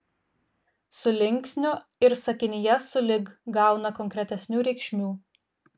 su linksniu ir sakinyje sulig gauna konkretesnių reikšmių